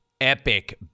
epic